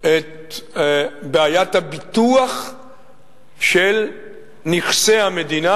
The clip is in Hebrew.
את בעיית הביטוח של נכסי המדינה.